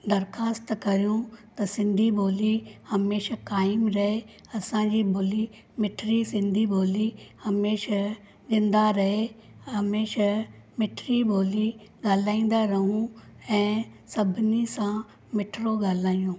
दरख़ास्तु करियूं सिंधी बोली हमेशह काइम रहे असांजी ॿोली मिठड़ी सिंधी ॿोली हमेशह जिंदह रहे हमेशह मिठड़ी ॿोली ॻाल्हाईंदा रहूं ऐं सभिनी सां मिठिड़ो ॻाल्हाइयूं